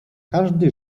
każdy